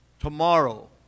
Tomorrow